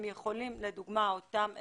אלה שנדחו,